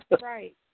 Right